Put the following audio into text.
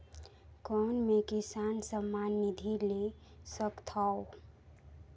कौन मै किसान सम्मान निधि ले सकथौं?